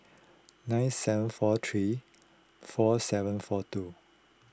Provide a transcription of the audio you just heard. nine seven four three four seven four two